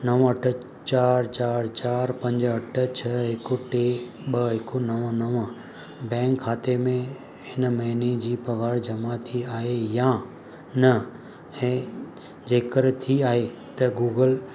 नव अठ चार चार चार पंज अठ छह हिकु टे ॿ हिकु नव नव बैंक खाते में हिन महिने जी पघार जमा थी आहे या न थी जेकर थी आहे त गूगल